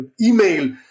email